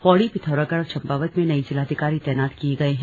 पौड़ी पिथौरागढ़ और चंपावत में नए जिलाधिकारी तैनात किये गये हैं